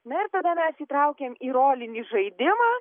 na ir tada mes įtraukiam į rolinį žaidimą